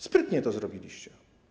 Sprytnie to zrobiliście.